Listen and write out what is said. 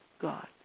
God